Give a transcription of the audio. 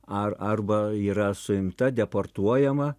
ar arba yra suimta deportuojama